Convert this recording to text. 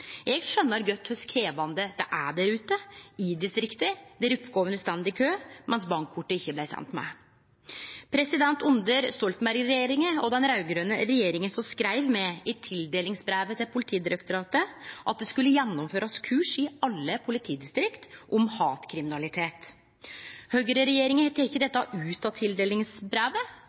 Eg skjønar godt kor krevjande det er ute i distrikta, der oppgåvene står i kø, medan bankkortet ikkje blei sendt med. Under den raud-grøne Stoltenberg-regjeringa skreiv me i tildelingsbrevet til Politidirektoratet at det skulle gjennomførast kurs i alle politidistrikt om hatkriminalitet. Høgreregjeringa har teke dette ut av tildelingsbrevet,